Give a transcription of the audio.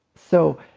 so,